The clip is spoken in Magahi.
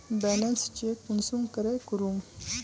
बैलेंस चेक कुंसम करे करूम?